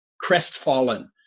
crestfallen